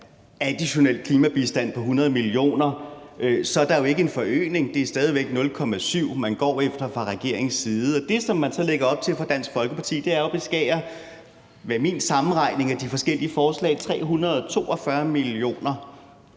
af additionel klimabistand på 100 mio. kr., er der jo ikke sket en forøgelse; det er stadig 0,7 pct., man går efter fra regeringens side. Det, som man så lægger op til fra Dansk Folkepartis side, er jo at beskære, hvad der med min sammenregning af de forskellige forslag er 342 mio.